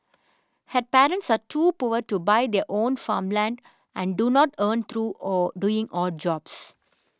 her parents are too poor to buy their own farmland and do not earn through or doing odd jobs